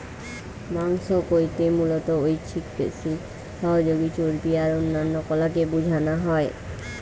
মাংস কইতে মুলত ঐছিক পেশি, সহযোগী চর্বী আর অন্যান্য কলাকে বুঝানা হয়